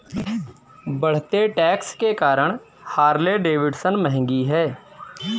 बढ़ते टैक्स के कारण हार्ले डेविडसन महंगी हैं